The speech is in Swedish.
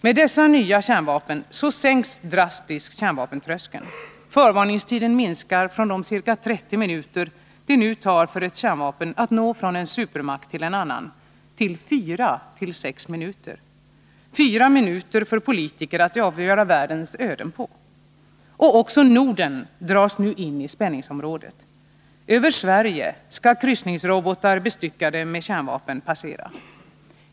Med dessa nya kärnvapen sänks drastiskt kärnvapentröskeln. Förvarningstiden minskar från de ca 30 minuter det nu tar för ett kärnvapen att nå från en supermakt till en annan till 4-6 minuter! Fyra minuter för politiker att avgöra världens öde på! Också Norden dras nu in i spänningsområdet. Över Sverige skall kryssningsrobotar, bestyckade med kärnvapen, passera.